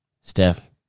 Steph